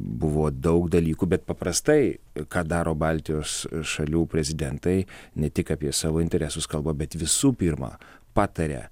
buvo daug dalykų bet paprastai ką daro baltijos šalių prezidentai ne tik apie savo interesus kalba bet visų pirma pataria